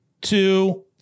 two